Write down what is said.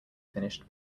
finished